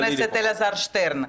חבר הכנסת אלעזר שטרן,